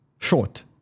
short